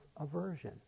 aversion